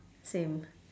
same